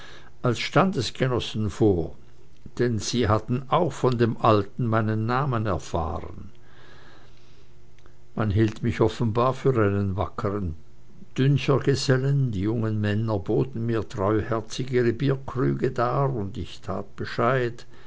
als standesgenossen vor denn sie hatten auch von dem alten meinen namen erfahren man hielt mich offenbar für einen wackern tünchergesellen die jungen männer boten mir treuherzig ihre bierkrüge dar ich tat bescheid